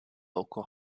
vocal